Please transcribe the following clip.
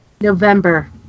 november